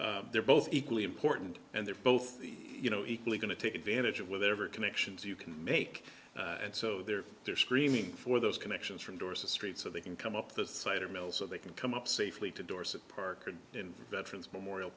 so they're both equally important and they're both you know equally going to take advantage of with every connections you can make and so they're they're screaming for those connections from dorset street so they can come up the cider mill so they can come up safely to dorset park and veterans memorial